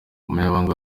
umunyamabanga